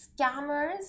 scammers